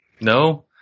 No